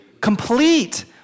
Complete